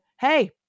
hey